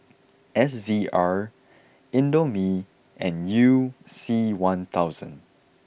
S V R Indomie and you C one thousand